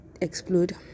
explode